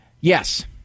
yes